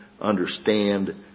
understand